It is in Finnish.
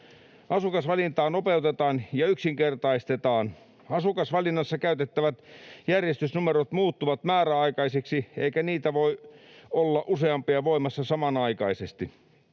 Asukasvalintaa nopeutetaan ja yksinkertaistetaan. Asukasvalinnassa käytettävät järjestysnumerot muuttuvat määräaikaisiksi, eikä niitä voi olla useampia voimassa samanaikaisesti.